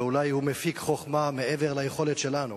ואולי הוא מפיק חוכמה מעבר ליכולת שלנו,